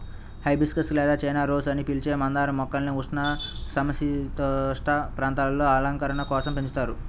hibiscus లేదా China rose అని పిలిచే మందార మొక్కల్ని ఉష్ణ, సమసీతోష్ణ ప్రాంతాలలో అలంకరణ కోసం పెంచుతారు